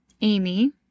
Amy